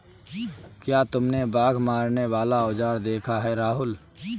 क्या तुमने बाघ मारने वाला औजार देखा है राहुल?